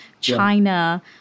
China